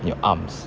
and your arms